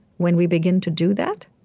when we begin to do that,